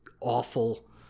awful